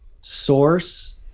Source